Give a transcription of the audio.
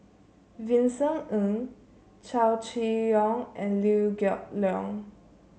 Vincent Ng Chow Chee Yong and Liew Geok Leong